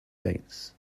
dates